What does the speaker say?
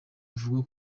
avuga